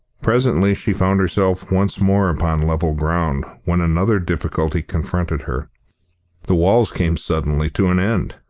presently she found herself once more upon level ground, when another difficulty confronted her the walls came suddenly to an end.